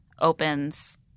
opens